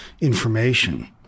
information